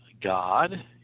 God